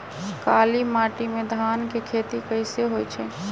काली माटी में धान के खेती कईसे होइ छइ?